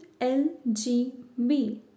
LGB